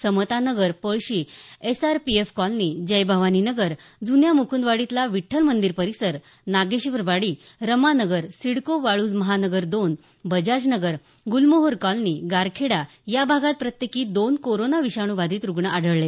समता Nagar Palshi SRPF colony Jaibhavani Nagar जुन्या मुकुंदवाडीतला विठ्ठल मंदिर परिसर नागेश्वरवाडी रमा नगर सिडको वाळूज महानगर दोन बजाज नगर गुलमोहर कॉलनी गारखेडा या भागात प्रत्येकी दोन कोरोना बाधित रुग्ण आढळले